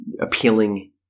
appealing